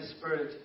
Spirit